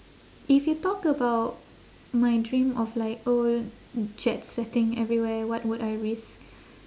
if you talk about my dream of like oh jet setting everywhere what would I risk